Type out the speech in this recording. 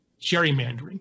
gerrymandering